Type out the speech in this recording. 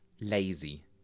lazy